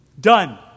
done